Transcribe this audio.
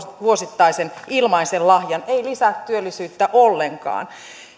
vuosittaisen ilmaisen lahjan ei lisää työllisyyttä ollenkaan